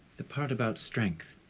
the part about strength.